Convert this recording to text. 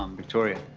um victoria.